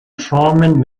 formen